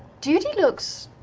duty looks.